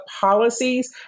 policies